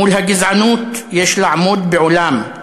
מול הגזענות יש לעמוד בעולם,